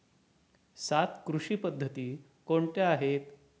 सात कृषी पद्धती कोणत्या आहेत?